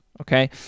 okay